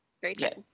Great